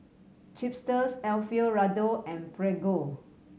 Chipster Alfio Raldo and Prego